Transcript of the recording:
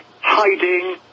hiding